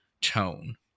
tone